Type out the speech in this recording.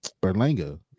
Berlanga